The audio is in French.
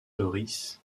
doris